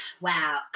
Wow